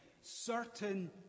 certain